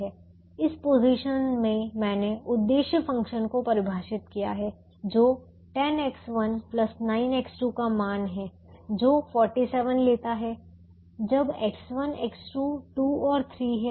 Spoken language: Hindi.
इस पोजीशन में मैंने उद्देश्य फ़ंक्शन को परिभाषित किया है जो 10X1 9X2 का मान है जो 47 लेता है जब X1 X2 2 और 3 है